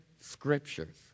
scriptures